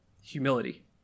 humility